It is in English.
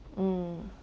mm